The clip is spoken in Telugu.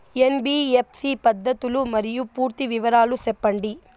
ఎన్.బి.ఎఫ్.సి పద్ధతులు మరియు పూర్తి వివరాలు సెప్పండి?